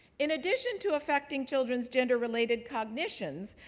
in addition to affecting children's gender-related cognitions,